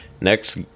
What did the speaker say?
Next